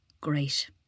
Great